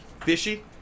Fishy